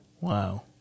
Wow